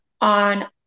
on